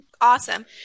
Awesome